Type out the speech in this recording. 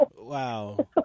Wow